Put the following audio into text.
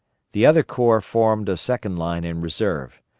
the other corps formed a second line in reserve.